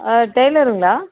டெய்லருங்களா